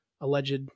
alleged